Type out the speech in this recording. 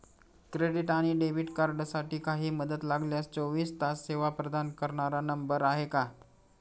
Credit आणि debit कार्डसाठी काही मदत लागल्यास चोवीस तास सेवा प्रदान करणारा नंबर आहे का?